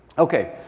okay.